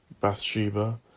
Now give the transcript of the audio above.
Bathsheba